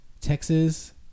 Texas